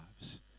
lives